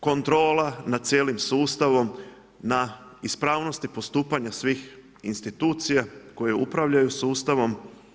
Kontrola nad cijelim sustavom, na ispravnosti postupanja svih institucija koje upravljaju sustavom.